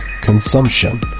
Consumption